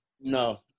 no